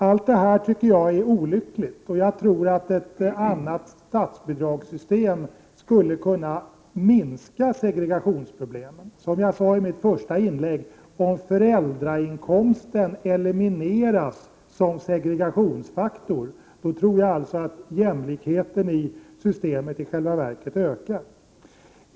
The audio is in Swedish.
Allt det där tycker jag är olyckligt, och jag tror att ett annat statsbidragssystem skulle kunna minska segregationsproblemen. Som jag sade i mitt första inlägg: om föräldrainkomsten elimineras som segregationsfaktor skulle nog jämlikheten i systemet i själva verket öka.